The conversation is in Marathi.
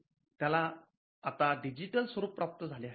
आता त्याला डिजिटल स्वरूप प्राप्त झाले आहे